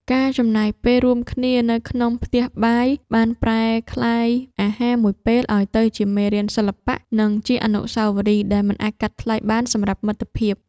ការចំណាយពេលរួមគ្នានៅក្នុងផ្ទះបាយ បានប្រែក្លាយអាហារមួយពេលឱ្យទៅជាមេរៀនសិល្បៈ និងជាអនុស្សាវរីយ៍ដែលមិនអាចកាត់ថ្លៃបានសម្រាប់មិត្តភាព។